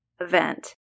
event